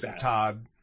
Todd